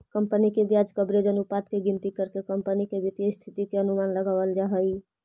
company के ब्याज coverage अनुपात के गिनती करके कंपनी के वित्तीय स्थिति के अनुमान लगावल जा हई